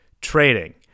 trading